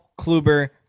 Kluber